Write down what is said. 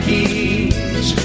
Keys